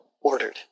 ordered